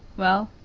well,